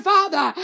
Father